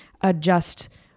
adjust